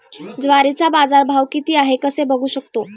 ज्वारीचा बाजारभाव किती आहे कसे बघू शकतो?